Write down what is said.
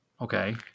Okay